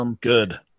good